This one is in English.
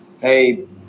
hey